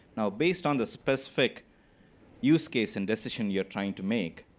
now, based on the specific use case and decision you're trying to make,